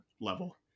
level